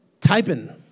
typing